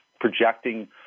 projecting